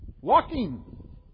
Walking